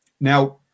Now